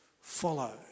Follow